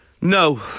No